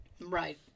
Right